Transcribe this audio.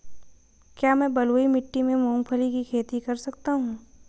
क्या मैं बलुई मिट्टी में मूंगफली की खेती कर सकता हूँ?